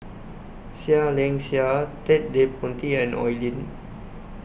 Seah Liang Seah Ted De Ponti and Oi Lin